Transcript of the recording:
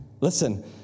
listen